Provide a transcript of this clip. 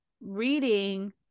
reading